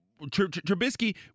Trubisky